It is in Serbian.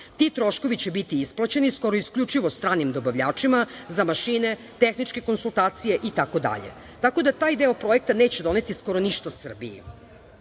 Ti troškovi će biti isplaćeni isključivo stranim dobavljačima za mašine, tehničke konsultacije i tako dalje. Tako da taj deo projekta neće doneti skoro ništa Srbiji. Posle